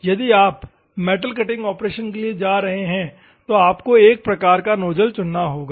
यदि आप metal cutting operation के लिए जा रहे हैं तो आपको एक प्रकार का नोजल चुनना होगा